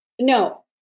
no